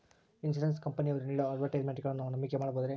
Insurance ಕಂಪನಿಯವರು ನೇಡೋ ಅಡ್ವರ್ಟೈಸ್ಮೆಂಟ್ಗಳನ್ನು ನಾವು ನಂಬಿಕೆ ಮಾಡಬಹುದ್ರಿ?